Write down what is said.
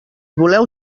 voleu